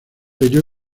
ello